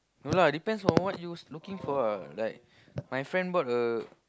no lah depends on what you looking for ah like my friend bought a